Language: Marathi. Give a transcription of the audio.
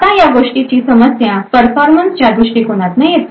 आता या गोष्टीची समस्या परफार्मन्सच्या दृष्टिकोनातून येते